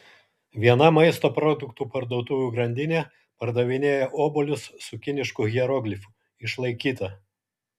viena maisto produktų parduotuvių grandinė pardavinėja obuolius su kinišku hieroglifu išlaikyta